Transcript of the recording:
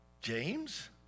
James